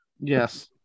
Yes